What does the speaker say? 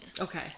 Okay